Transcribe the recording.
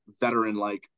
veteran-like